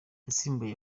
yasimbuye